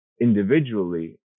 individually